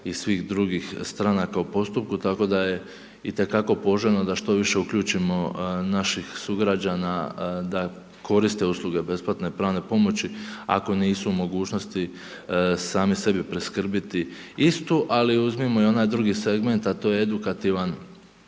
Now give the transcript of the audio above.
i svih drugih stranaka u postupku tako da je itekako poželjno da što više uključimo naših sugrađana da koriste usluge besplatne pravne pomoći ako nisu u mogućnosti sami sebi priskrbiti istu ali uzmimo i onaj drugi segment a to je edukativan,